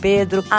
Pedro